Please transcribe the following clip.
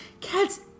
cats